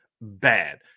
bad